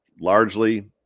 largely